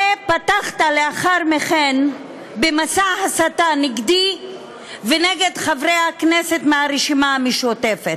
ופתחת לאחר מכן במסע הסתה נגדי ונגד חברי הכנסת מהרשימה המשותפת.